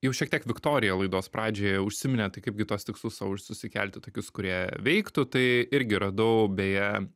jau šiek tiek viktorija laidos pradžioje užsiminė tai kaip gi tuos tikslus sau už susikelti tokius kurie veiktų tai irgi radau beje